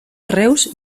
reus